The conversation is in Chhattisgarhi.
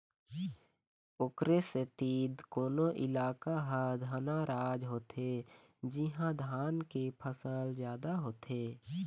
ओखरे सेती कोनो इलाका ह धनहा राज होथे जिहाँ धान के फसल जादा होथे